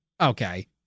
Okay